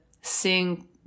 seeing